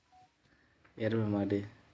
எருமை மாடு:erumai maadu